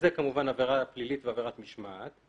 שזו כמובן עבירה פלילית ועבירת משמעת,